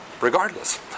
Regardless